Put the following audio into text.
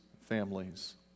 families